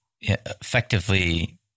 effectively